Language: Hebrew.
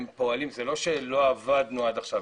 זה לא שלא עבדנו עד עכשיו.